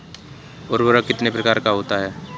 उर्वरक कितने प्रकार का होता है?